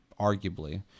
arguably